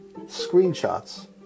screenshots